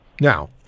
Now